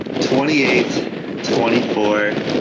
twenty eight twenty four.